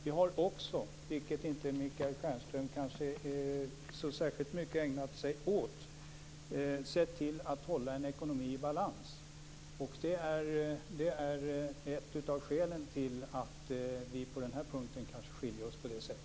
Vi har också, vilket Michael Stjernström kanske inte ägnat sig särskilt mycket åt, sett till att hålla ekonomin i balans. Det är ett av skälen till att vi skiljer oss åt på denna punkt.